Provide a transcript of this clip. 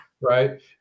Right